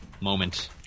moment